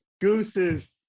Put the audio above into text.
goose's